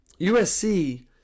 USC